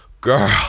girl